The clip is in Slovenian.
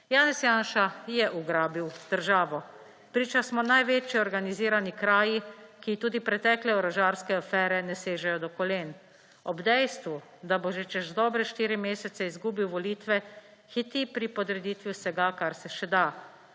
Janez Janša je ugrabil državo. Priča smo največji organizirani kraji, ki jih tudi pretekle orožarske afere ne sežejo do kolen. Ob dejstvu, da bo že čez dobre 4 mesece izgubil volitve, hiti pri podreditvi vsega, kar se še da.